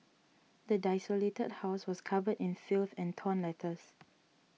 the desolated house was covered in filth and torn letters